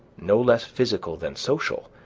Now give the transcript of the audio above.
no less physical than social,